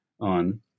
on